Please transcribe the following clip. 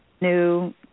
new